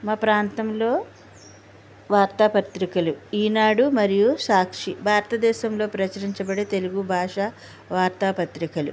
మా ప్రాంతంలో వార్తాపత్రికలు ఈనాడు మరియు సాక్షి భారతదేశంలో ప్రచురించబడి తెలుగు భాష వార్తాపత్రికలు